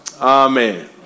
Amen